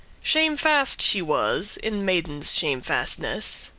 shamefast she was in maiden's shamefastness,